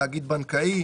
תאגיד בנקאי,